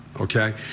okay